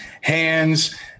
hands